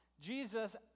Jesus